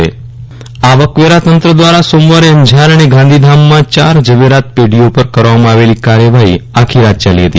વિરલ રાણા આવકવેરા દરોડો આવકવેરા તંત્ર દ્વારા સોમવારે અંજાર અને ગાંધીધામમાં ચાર ઝવેરાત પેઢીઓ ઉપર કરવામાં આવેલી કાર્યવાઠી આખી રાત યાલી હતી